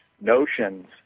notions